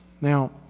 Now